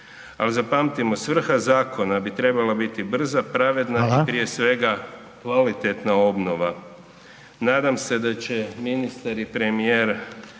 ali zapamtimo svrha zakona bi trebala biti brza, pravedna i prije svega kvalitetna obnova. Nadam se da će ministar i premijer